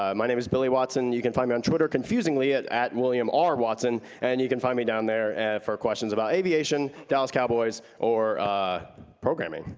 um my name is billy watson. you can find me on twitter confusingly at at williamrwatson, and you can find me down there for questions about aviation, dallas cowboys, or programming.